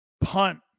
Punt